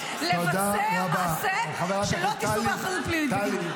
-- לבצע מעשה שלא תישאו באחריות פלילית בגינו.